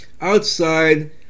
outside